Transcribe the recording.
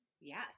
Yes